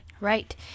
Right